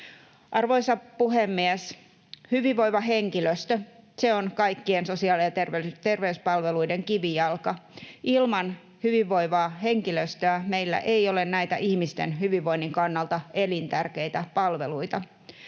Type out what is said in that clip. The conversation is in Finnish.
Arvoisa puhemies! Hyvinvoiva henkilöstö on kaikkien sosiaali- ja terveyspalveluiden kivijalka. Ilman hyvinvoivaa henkilöstöä meillä ei ole näitä ihmisten hyvinvoinnin kannalta elintärkeitä palveluita.